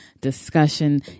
discussion